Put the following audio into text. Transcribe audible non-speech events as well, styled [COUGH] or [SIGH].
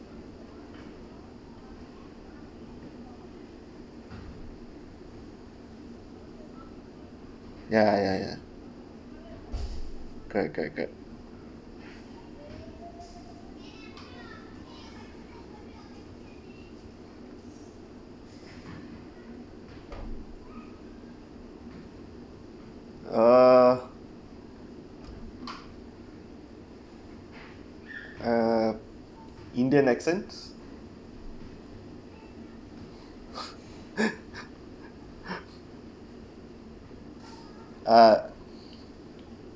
ya ya ya correct correct correct oh ugh indian accent [LAUGHS] [BREATH] ah